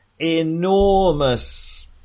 enormous